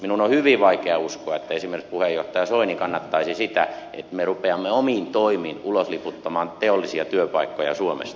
minun on hyvin vaikea uskoa että esimerkiksi puheenjohtaja soini kannattaisi sitä että me rupeamme omin toimin ulosliputtamaan teollisia työpaikkoja suomesta